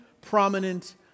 prominent